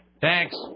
Thanks